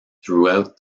throughout